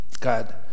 God